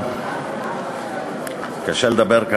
יש הצבעה שמית על החוק.